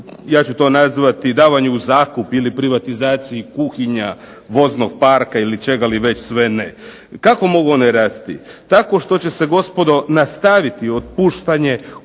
ja ću to nazvati davanju u zakup ili privatizaciji kuhinja, voznog parka ili čega sve ne. kako one mogu rasti? Tako što će se gospodo nastaviti otpuštanje u